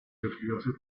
influencé